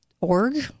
org